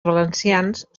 valencians